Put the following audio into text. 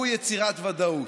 הוא יצירת ודאות.